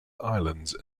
islands